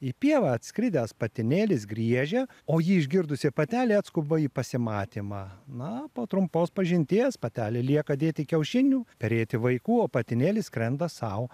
į pievą atskridęs patinėlis griežia o jį išgirdusi patelė atskuba į pasimatymą na po trumpos pažinties patelė lieka dėti kiaušinių perėti vaikų o patinėlis skrenda sau